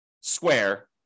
square